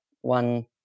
one